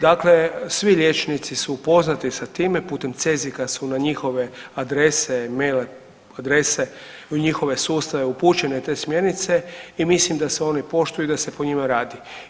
Dakle svi liječnici su upoznati sa time, putem CEZIH-a su na njihove adrese, mail adrese u njihove sustave upućene te smjernice i mislim da se one poštuju i da se po njima radi.